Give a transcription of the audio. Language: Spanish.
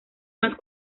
más